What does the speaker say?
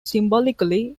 symbolically